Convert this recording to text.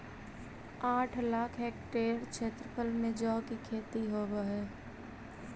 आठ लाख हेक्टेयर क्षेत्रफल में जौ की खेती होव हई